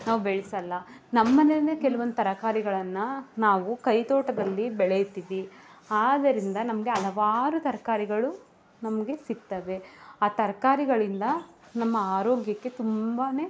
ನಾವು ಬೆಳೆಸಲ್ಲ ನಮ್ಮನೆ ಕೆಲವೊಂದು ತರಕಾರಿಗಳನ್ನ ನಾವು ಕೈತೋಟದಲ್ಲಿ ಬೆಳೆಯುತ್ತಿದಿ ಆದರಿಂದ ನಮಗೆ ಹಲವಾರು ತರಕಾರಿಗಳು ನಮಗೆ ಸಿಗ್ತವೆ ಆ ತರಕಾರಿಗಳಿಂದ ನಮ್ಮ ಆರೋಗ್ಯಕ್ಕೆ ತುಂಬಾ